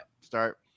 start